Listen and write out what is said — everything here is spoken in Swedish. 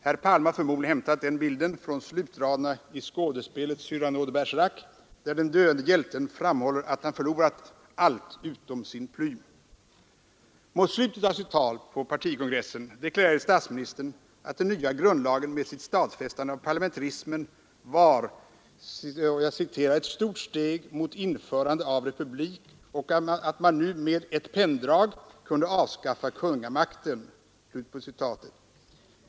Herr Palme har förmodligen hämtat den bilden från slutraderna i skådespelet Cyrano de Bergerac, där den döende hjälten framhåller att han förlorat allt utom sin plym. Mot slutet av sitt tal på partikongressen deklarerade statsministern att den nya grundlagen med sitt stadfästande av parlamentarismen var ”ett stort steg mot införande av republik och att man nu ”med ett penndrag” kunde avskaffa kungamakten”.